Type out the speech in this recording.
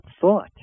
thought